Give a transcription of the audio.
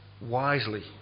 wisely